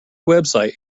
website